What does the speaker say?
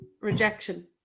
rejection